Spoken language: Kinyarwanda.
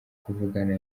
kuvugana